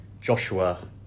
Joshua